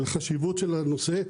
על חשיבות של הנושא,